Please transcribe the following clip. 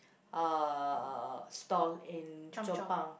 uh stall in Chong Pang